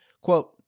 Quote